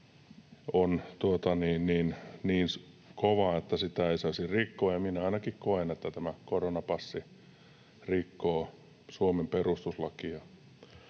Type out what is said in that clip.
on niin kova, että sitä ei saisi rikkoa, ja ainakin minä koen, että tämä koronapassi rikkoo Suomen perustuslakia.